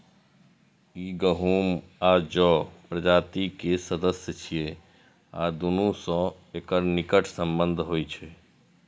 ई गहूम आ जौ प्रजाति के सदस्य छियै आ दुनू सं एकर निकट संबंध होइ छै